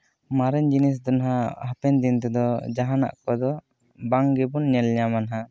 ᱢᱟᱨᱮᱱ ᱡᱤᱱᱤᱥ ᱫᱚ ᱦᱟᱸᱜ ᱦᱟᱯᱮᱱ ᱫᱤᱱ ᱛᱮᱫᱚ ᱡᱟᱦᱟᱱᱟᱜ ᱠᱚᱫᱚ ᱵᱟᱝ ᱜᱮᱵᱚᱱ ᱧᱮᱞ ᱧᱟᱢᱟ ᱦᱟᱸᱜ